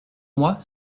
moi